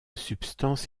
substance